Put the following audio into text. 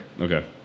Okay